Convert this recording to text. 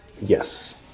Yes